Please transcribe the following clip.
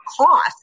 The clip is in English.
cost